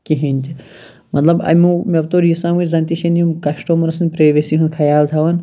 کِہیٖنۍ تہِ مَطلَب امو مےٚ توٚر یہِ سمجھ زَن تہِ چھِنہٕ یِم کَسٹَمَر سٕنٛدۍ پریوسی ہُنٛد خَیال تھاوان